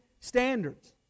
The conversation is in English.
standards